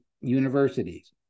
universities